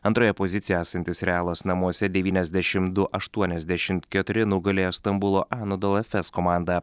antroje pozicijoje esantis realas namuose devyniasdešim du aštuoniasdešimt keturi nugalėjo stambulo anodolafes komandą